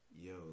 yo